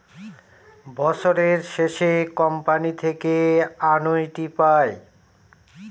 বছরের শেষে কোম্পানি থেকে অ্যানুইটি পায়